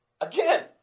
Again